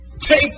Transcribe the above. Take